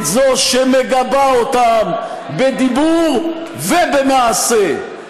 את זו שמגבה אותם בדיבור ובמעשה,